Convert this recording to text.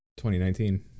2019